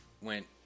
went